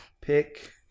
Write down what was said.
Pick